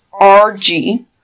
RG